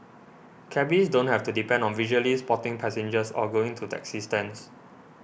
cabbies don't have to depend on visually spotting passengers or going to taxi stands